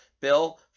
bill